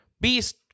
beast